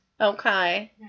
Okay